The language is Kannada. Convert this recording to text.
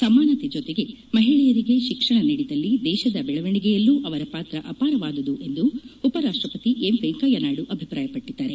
ಸಮಾನತೆ ಜೊತೆಗೆ ಮಹಿಳೆಯರಿಗೆ ಶಿಕ್ಷಣ ನೀಡಿದಲ್ಲಿ ದೇಶದ ಬೆಳವಣಿಗೆಯಲ್ಲೂ ಅವರ ಪಾತ್ರ ಅಪಾರವಾದದು ಎಂದು ಉಪರಾಷ್ಟ್ರಪತಿ ಎಂ ವೆಂಕಯ್ಯನಾಯ್ಡು ಅಭಿಪ್ರಾಯಪಟ್ಟಿದ್ದಾರೆ